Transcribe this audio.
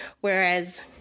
Whereas